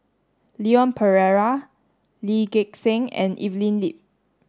Leon Perera Lee Gek Seng and Evelyn Lip